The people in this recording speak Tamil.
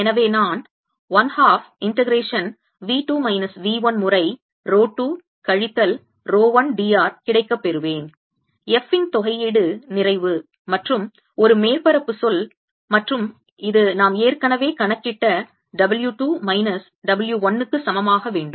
எனவே நான் 1 half integration V 2 minus V 1 முறை ரோ 2 கழித்தல் ரோ 1 d r கிடைக்கப் பெறுவேன் f இன் தொகையீடு நிறைவு மற்றும் ஒரு மேற்பரப்பு சொல் மற்றும் இது நாம் ஏற்கனவே கணக்கிட்ட W 2 மைனஸ் W 1 க்கு சமமாக வேண்டும்